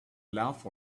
laugh